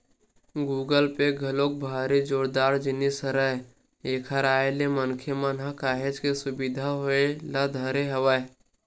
Google Pay घलोक भारी जोरदार जिनिस हरय एखर आय ले मनखे मन ल काहेच के सुबिधा होय ल धरे हवय